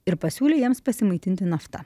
ir pasiūlė jiems pasimaitinti nafta